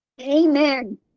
amen